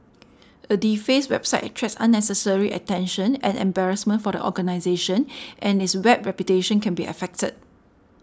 a defaced website attracts unnecessary attention and embarrassment for the organisation and its web reputation can be affected